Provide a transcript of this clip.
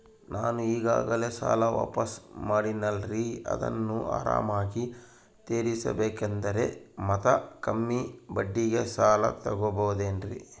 ನಾನು ಈಗಾಗಲೇ ಸಾಲ ವಾಪಾಸ್ಸು ಮಾಡಿನಲ್ರಿ ಅದನ್ನು ಆರಾಮಾಗಿ ತೇರಿಸಬೇಕಂದರೆ ಮತ್ತ ಕಮ್ಮಿ ಬಡ್ಡಿಗೆ ಸಾಲ ತಗೋಬಹುದೇನ್ರಿ?